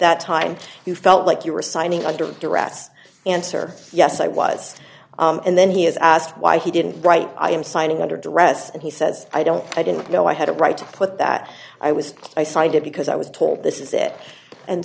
that time you felt like you were signing under duress answer yes i was and then he is asked why he didn't write i am signing under duress and he says i don't i didn't know i had a right to put that i was i signed it because i was told this is it and